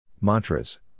Mantras